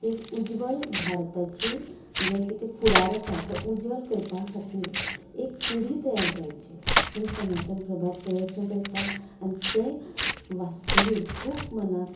एक उज्वल भारताची जें कितें फुडार आसा तो उज्वल करपा खातीर एक पिढी तयार जावची म्हण सनातन प्रभात प्रयत्न करता आनी तें वास्तगीर खूब मनाक